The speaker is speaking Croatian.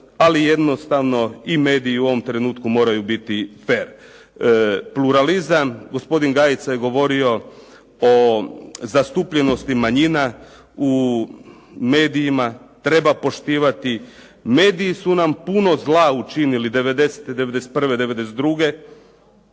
ali jednostavno i mediji u ovom trenutku moraju biti fer. Pluralizam, gospodin Gajica je govorio o zastupljenosti manjina u medijima. Treba poštivati. Mediji su nam puno zla učinili 90., 91., 92.